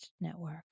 Network